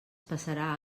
passarà